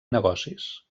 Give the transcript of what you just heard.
negocis